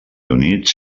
units